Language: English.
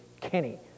Kenny